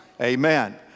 Amen